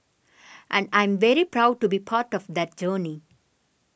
and I'm very proud to be part of that journey